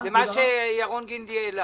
התרשמתי שהוא מאפיין את בעלי